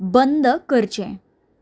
बंद करचें